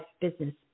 business